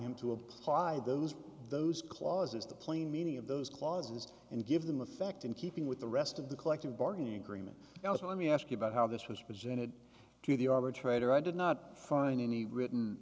him to apply those those clauses the plain meaning of those clauses and give them effect in keeping with the rest of the collective bargaining agreement i will let me ask you about how this was presented to the arbitrator i did not find any written